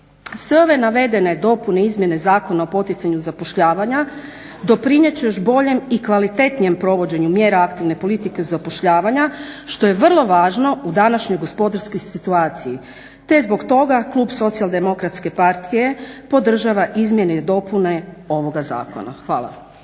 Sve ove navedene dopune i izmjene Zakona o poticanju zapošljavanja doprinijet će još boljem i kvalitetnijem provođenju mjera aktivne politike zapošljavanja što je vrlo važno u današnjoj gospodarskoj situaciji te zbog toga klub SDP-a podržava izmjene i dopune ovoga zakona. Hvala.